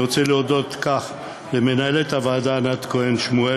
אני רוצה להודות על כך למנהלת הוועדה ענת כהן-שמואל,